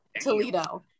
Toledo